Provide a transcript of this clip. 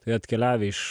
tai atkeliavę iš